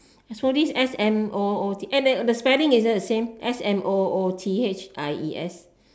smoothies S M O O T eh the spelling is it the same S M O O T H I E S